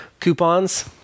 coupons